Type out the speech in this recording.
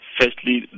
Firstly